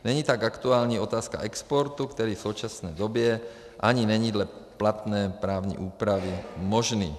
Není tak aktuální otázka exportu, který v současné době ani není dle platné právní úpravy možný.